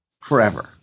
forever